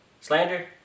Slander